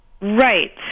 Right